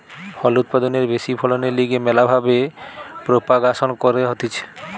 ফল উৎপাদনের ব্যাশি ফলনের লিগে ম্যালা ভাবে প্রোপাগাসন ক্যরা হতিছে